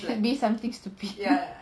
should be something stupid